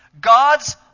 God's